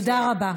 תודה רבה.